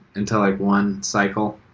until like one cycle,